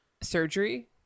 surgery